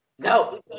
No